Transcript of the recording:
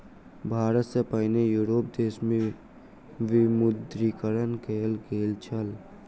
भारत सॅ पहिने यूरोपीय देश में विमुद्रीकरण कयल गेल छल